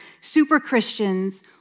super-Christians